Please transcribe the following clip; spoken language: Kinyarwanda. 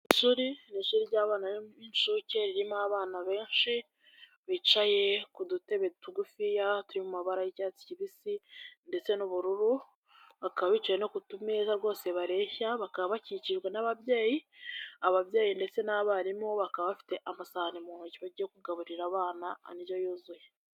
Ishuri ni ishuri ry'abana b'incuke ririmo abana benshi, bicaye ku dutebe tugufi turi mumabara y'cyatsi kibisi ndetse n'ubururu, bakaba bicaye no ku tu meza rwose bareshya bakaba bakikijwe n'ababyeyi, ababyeyi ndetse n'abarimu bakaba bafite amasahani mu ntoki yo kugaburira abana indyo yuzuye.